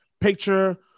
picture